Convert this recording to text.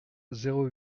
zéro